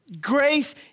grace